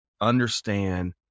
understand